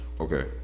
Okay